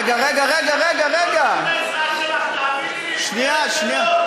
רגע, רגע, רגע, רגע, רגע.